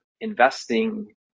investing